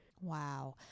Wow